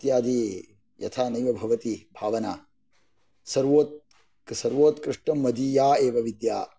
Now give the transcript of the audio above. इत्यादि यथा नैव भवति भावना सर्वोत्कृष्टं मदीया एव विद्या